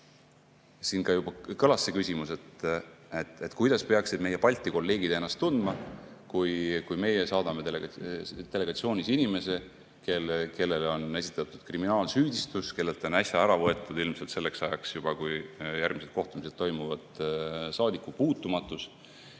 Siin juba kõlas küsimus, kuidas peaksid meie Balti kolleegid ennast tundma, kui meie delegatsioonis on inimene, kellele on esitatud kriminaalsüüdistus, kellelt on äsja ära võetud – ilmselt selleks ajaks, kui järgmised kohtumised toimuvad, juba